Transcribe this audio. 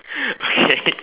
okay